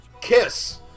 Kiss